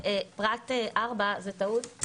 אמרה עכשיו אתי פלר שאם יש את התקן איזו 17,025,